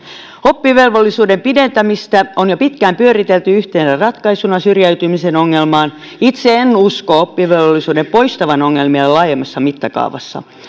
oppivelvollisuuden pidentämistä on jo pitkään pyöritelty yhtenä ratkaisuna syrjäytymisen ongelmaan itse en usko oppivelvollisuuden pidentämisen poistavan ongelmia laajemmassa mittakaavassa